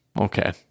Okay